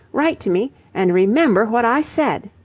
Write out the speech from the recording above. write to me, and remember what i said.